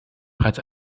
bereits